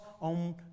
on